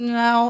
no